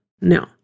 No